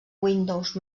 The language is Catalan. windows